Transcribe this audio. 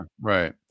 right